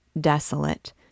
desolate